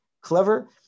clever